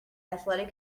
athletic